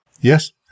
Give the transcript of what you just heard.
Yes